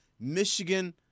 Michigan